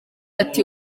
ati